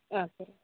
ஆ சரி